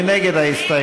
מי נגד ההסתייגות?